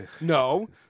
no